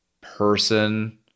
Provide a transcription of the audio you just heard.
person